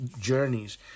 journeys